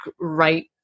right